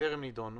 שטרם נידונו,